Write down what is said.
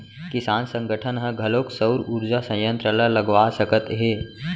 किसान संगठन ह घलोक सउर उरजा संयत्र ल लगवा सकत हे